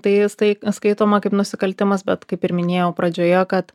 tai jis tai skaitoma kaip nusikaltimas bet kaip ir minėjau pradžioje kad